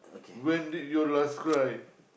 when did you last cry